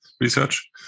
research